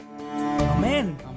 Amen